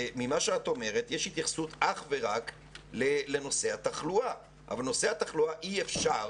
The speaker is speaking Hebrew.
יש התייחסות אך ורק לנושא התחלואה אבל נושא התחלואה אי אפשר